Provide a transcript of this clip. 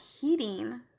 heating